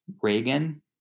Reagan